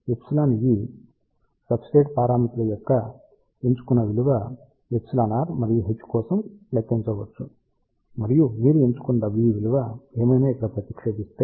εe substrate పారామితుల యొక్క ఎంచుకున్న విలువ εr మరియు h కోసం లెక్కించవచ్చు మరియు మీరు ఎంచుకున్న W విలువ ఏమైనా ఇక్కడ ప్రతిక్షేపిస్తే